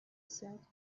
said